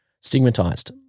stigmatized